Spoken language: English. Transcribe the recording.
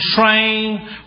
train